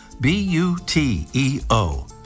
B-U-T-E-O